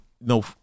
no